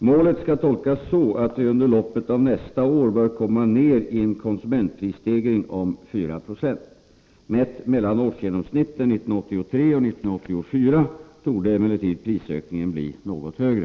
Målet skall tolkas så, att vi under loppet av nästa år bör komma ner i en konsumentprisstegring om 4 70. Mätt mellan årsgenomsnitten 1983 och 1984 torde emellertid prisökningen bli något högre.